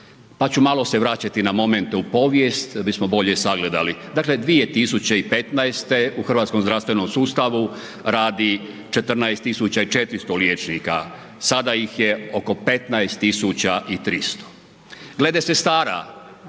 Pa ću malo se vraćati na momente u povijest, bismo bolje sagledali. Dakle, 2015. u hrvatskom zdravstvenom sustavu radi 14.400 liječnika, sada ih je oko 15.300. Glede sestara